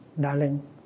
Darling